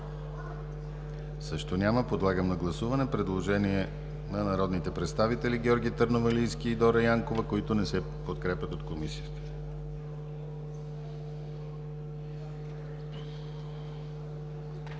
Също няма. Подлагам на гласуване предложението на народните представители Георги Търновалийски и Дора Янкова, което не се подкрепя от Комисията. Гласуват